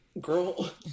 Girl